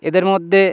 এদের মধ্যে